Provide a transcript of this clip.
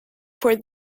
for